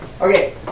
Okay